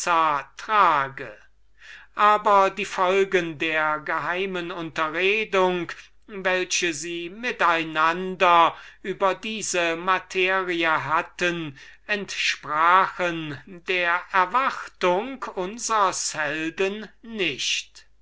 trage die folgen der geheimen unterredung welche sie mit einander über diese materie hatten entsprachen der erwartung unsers helden nicht